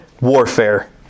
warfare